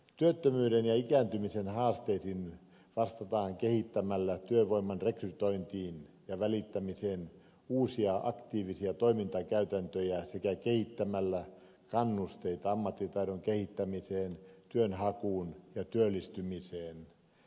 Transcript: työttömyyden ja ikääntymisen haasteisiin vastataan kehittämällä työvoiman rekrytointiin ja välittämiseen uusia aktiivisia toimintakäytäntöjä sekä kehittämällä kannusteita ammattitaidon kehittämiseen työnhakuun ja työllistymiseen